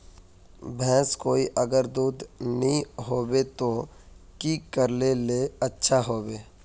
भैंस कोई अगर दूध नि होबे तो की करले ले अच्छा होवे?